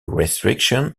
restriction